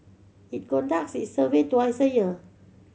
it conducts its survey twice a year